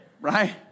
Right